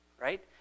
right